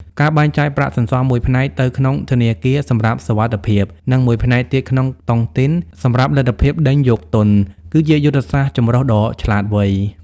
ការបែងចែកប្រាក់សន្សំមួយផ្នែកទៅក្នុងធនាគារ (សម្រាប់សុវត្ថិភាព) និងមួយផ្នែកទៀតក្នុងតុងទីន (សម្រាប់លទ្ធភាពដេញយកទុន) គឺជាយុទ្ធសាស្ត្រចម្រុះដ៏ឆ្លាតវៃ។